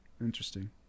Interesting